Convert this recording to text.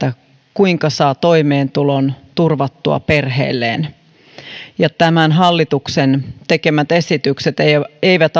kuinka saa toimeentulon turvattua perheelleen tämän hallituksen tekemät esitykset eivät eivät